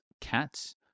cats